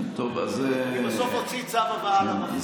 אני בסוף אוציא צו הבאה למפכ"ל.